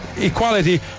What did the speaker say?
Equality